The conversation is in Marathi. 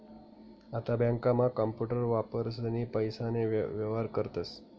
आता बँकांमा कांपूटर वापरीसनी पैसाना व्येहार करतस